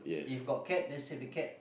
if got cat then save the cat